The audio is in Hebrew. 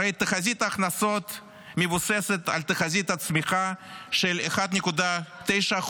הרי תחזית ההכנסות מבוססת על תחזית הצמיחה של 1.9%,